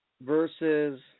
versus